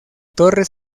torre